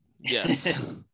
Yes